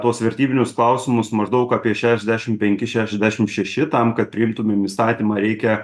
tuos vertybinius klausimus maždaug apie šešiasdešim penki šešiasdešim šeši tam kad priimtumėm įstatymą reikia